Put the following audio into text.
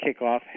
kickoff